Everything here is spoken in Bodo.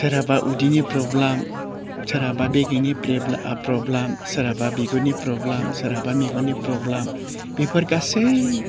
सोरहाबा उदैनि प्रब्लेम सोरहाबा बेगेंनि प्रब्लेम सोरहाबा बिगुरनि प्रब्लेम सोरहाबा मेगननि प्रब्लेम बेफोर गासै